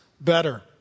better